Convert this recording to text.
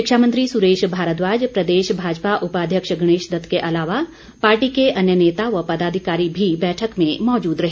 शिक्षा मंत्री सुरेश भारद्वाज प्रदेश भाजपा उपाध्यक्ष गणेश दत्त के अलावा पार्टी के अन्य नेता व पदाधिकारी भी बैठक में मौजूद रहे